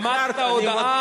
שמעת את הוועדה,